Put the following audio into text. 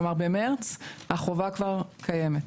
כלומר, במרץ החובה כבר קיימת.